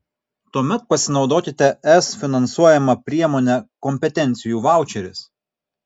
tuomet pasinaudokite es finansuojama priemone kompetencijų vaučeris